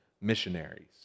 missionaries